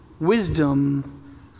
wisdom